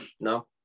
No